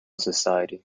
society